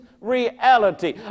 reality